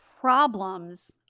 problems